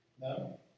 No